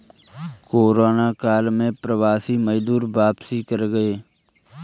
corona काल में प्रवासी मजदूर वापसी कर गए